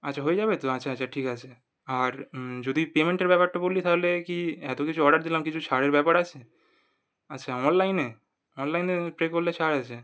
আচ্ছা হয়ে যাবে তো আচ্ছা আচ্ছা ঠিক আছে আর যদি পেমেন্টের ব্যাপারটা বলি তাহলে কি এতো কিছু অর্ডার দিলাম কিছু ছাড়ের ব্যাপার আছে আচ্ছা অনলাইনে অনলাইনে পে করলে ছাড় আছে